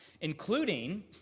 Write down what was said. including